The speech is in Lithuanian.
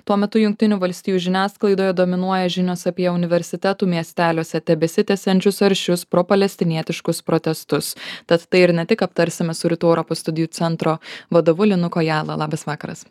tuo metu jungtinių valstijų žiniasklaidoje dominuoja žinios apie universitetų miesteliuose tebesitęsiančius aršius propalestinietiškos protestus tad tai ir ne tik aptarsime su rytų europos studijų centro vadovu linu kojala labas vakaras